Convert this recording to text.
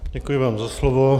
Děkuji vám za slovo.